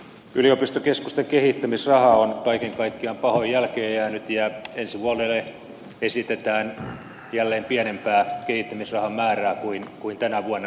yliopistokeskusten kehittämisraha on kaiken kaikkiaan pahoin jälkeenjäänyt ja ensi vuodelle esitetään jälleen pienempää kehittämisrahan määrää kuin tänä vuonna yliopistokeskuksille osoitetaan